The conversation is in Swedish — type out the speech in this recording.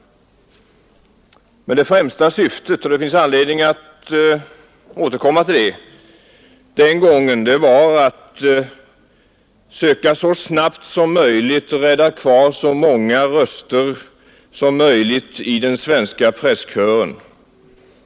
Det främsta syftet den gången — det finns anledning att återkomma till det — var att så snabbt som möjligt söka rädda kvar så många röster som möjligt i den svenska presskören.